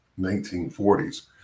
1940s